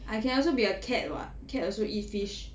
I can also be a cat [what] cat also eat fish